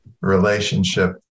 relationship